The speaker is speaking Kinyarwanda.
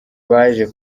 baje